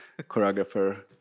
choreographer